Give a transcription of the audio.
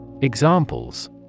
Examples